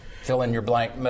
fill-in-your-blank